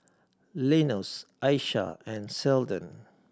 Linus Aisha and Seldon